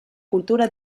cultura